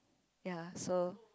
ya so